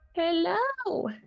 Hello